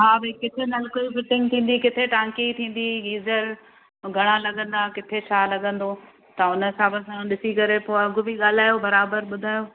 हा भई किथे नलके जी फिटिंग थींदी किथे टांकी जी थींदी गीज़र घणा लॻंदा किथे छा लॻंदो त उन हिसाब सां ॾिसी करे पोइ अघ बि ॻाल्हायो बराबरि ॿुधायो